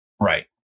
Right